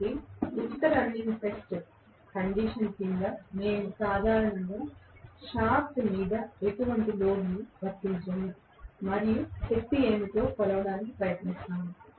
కాబట్టి ఉచిత running test condition క్రింద మేము సాధారణంగా షాఫ్ట్ మీద ఎటువంటి లోడ్ను వర్తించము మరియు శక్తి ఏమిటో కొలవడానికి ప్రయత్నిస్తాము